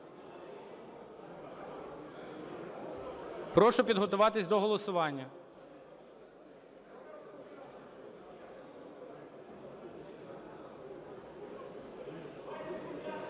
Прошу підготуватися до голосування,